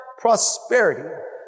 prosperity